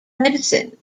medicine